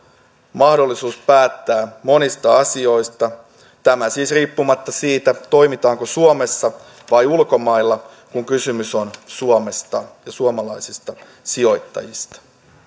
mahdollisuus päättää monista asioista tämä siis riippumatta siitä toimitaanko suomessa vai ulkomailla kun kysymys on suomesta ja suomalaisista sijoittajista